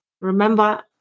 remember